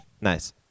Nice